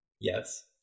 Yes